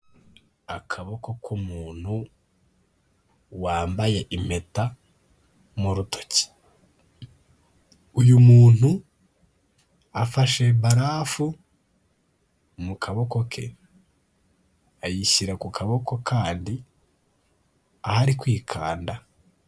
Akaboko k'umuntu wambaye impeta mu rutoki, uyu muntu afashe barafu mu kaboko ke ayishyira ku kaboko kandi aho ari kwikanda.